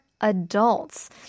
Adults